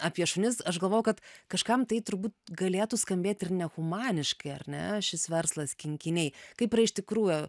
apie šunis aš galvojau kad kažkam tai turbūt galėtų skambėti ir nehumaniškai ar ne šis verslas kinkiniai kaip yra iš tikrųjų